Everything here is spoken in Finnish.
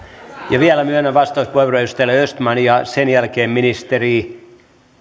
alueilla vielä myönnän vastauspuheenvuoron edustajalle östman ja sen jälkeen ministeri